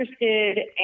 interested